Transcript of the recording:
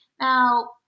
now